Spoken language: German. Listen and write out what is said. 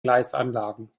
gleisanlagen